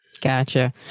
Gotcha